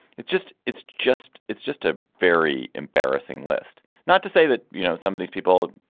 it's just it's just it's just a very embarrassing list. not to say that, you know, some of these people,